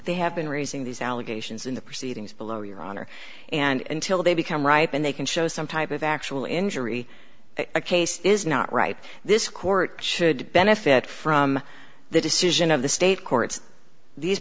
they have been raising these allegations in the proceedings below your honor and till they become ripe and they can show some type of actual injury a case is not right this court should benefit from the decision of the state courts these